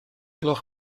gloch